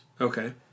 Okay